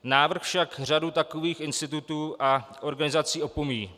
Návrh však řadu takových institutů a organizací opomíjí.